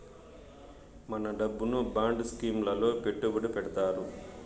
మన డబ్బును bond scheme లలో పెట్టుబడి పెడతారు